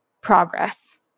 progress